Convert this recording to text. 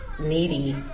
needy